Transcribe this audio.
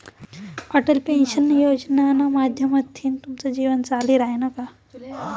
Atal pension योजनाना माध्यमथीन तुमनं जीवन चाली रायनं का?